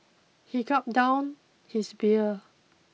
he gulped down his beer